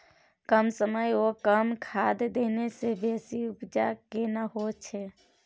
कम समय ओ कम खाद देने से बेसी उपजा केना होय छै?